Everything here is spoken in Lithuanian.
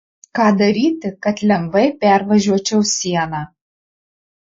ką daryti kad lengvai pervažiuočiau sieną